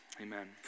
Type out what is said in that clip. Amen